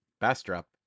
Bastrop